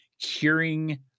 curing